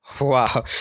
Wow